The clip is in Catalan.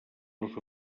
les